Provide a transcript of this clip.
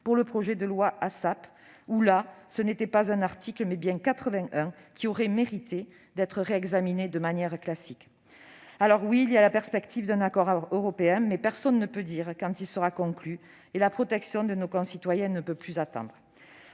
publique, ou ASAP, dans lequel ce n'était pas un article, mais bien quatre-vingt-un, qui auraient mérité d'être réexaminés de manière classique. Certes, il y a la perspective d'un accord européen, mais personne ne peut dire quand il sera conclu, et la protection de nos concitoyens ne peut plus attendre.